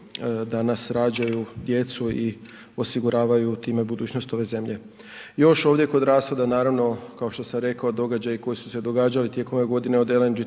danas rađaju djecu i osiguravaju time budućnost ove zemlje. Još ovdje kod rashoda naravno kao što sam rekao, događaji koji su se događali tijekom ove godine, od LNG